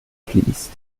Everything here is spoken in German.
fließt